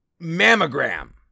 Mammogram